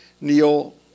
Neil